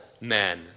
men